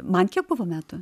man buvo metų